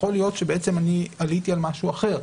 יכול להיות שעליתי על משהו אחר,